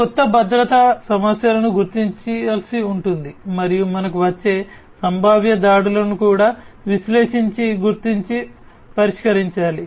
ఈ కొత్త భద్రతా సమస్యలను గుర్తించాల్సి ఉంటుంది మరియు మనకు వచ్చే సంభావ్య దాడులను కూడా విశ్లేషించి గుర్తించి పరిష్కరించాలి